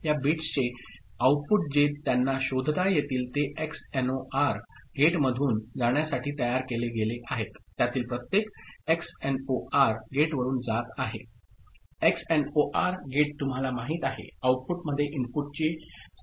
या बिट्सचे आऊटपुट जे त्यांना शोधता येतील ते एक्सएनओआर गेटमधून जाण्यासाठी तयार केले गेले आहेत त्यातील प्रत्येक एक्सएनओआर गेटवरुन जात आहे एक्सएनओआर गेट तुम्हाला माहित आहे आउटपुटमध्ये इनपुटची समानता दर्शवते